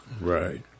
Right